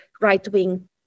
right-wing